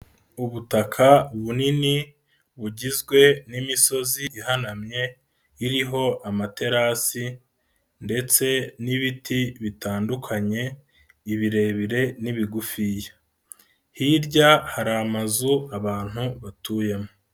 Ubutaka bunini bugizwe n'imisozi ihanamye, iriho amaterasi ndetse n'ibiti bitandukanye, ibirebire n'ibigufiya. Hirya hari amazu abantu batuyemo.